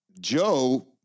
joe